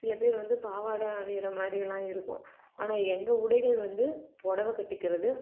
சில பேர் வந்து பாவாடை அணிகிற மாதிரிலாம் இருக்கும் ஆனால் எங்கள் உடைகள் வந்து புடவ கட்டிக்கிறது